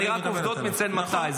אני רק מציין מתי.